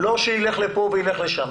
לא שילך לפה וילך לשם.